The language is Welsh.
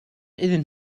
iddyn